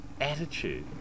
attitude